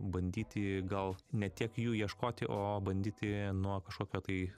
bandyti gal ne tiek jų ieškoti o bandyti nuo kažkokio tai